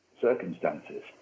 circumstances